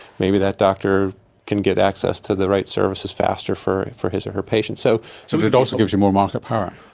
maybe that doctor can get access to the right services faster for for his or her patient. so so. but it also gives you more market power.